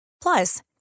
Plus